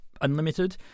unlimited